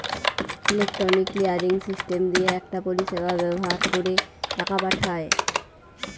electronic clearing system দিয়ে একটা পরিষেবা ব্যাভার কোরে টাকা পাঠায়